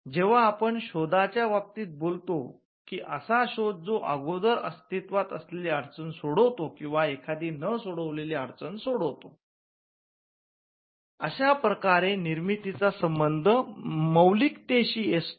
जेव्हा आपण शोधाच्या बाबतीत बोलतो की असा शोध जो अगोदरच अस्तित्वात असलेली अडचण सोडवतो किंवा एखादी न सोडवलेली अडचण सोडवतो अशाप्रकारे निर्मितीचा संबंध मौलिकतेशी असतो